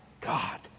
God